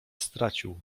stracił